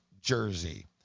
jersey